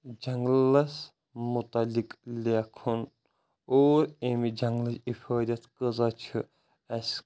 جنگلس متعلق لیٚکھن اور امہِ جنگلٕچ افٲدیت کۭژاہ چھِ اسہِ